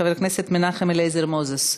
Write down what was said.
חבר הכנסת מנחם אליעזר מוזס,